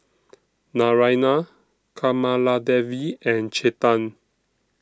Naraina Kamaladevi and Chetan